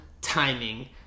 timing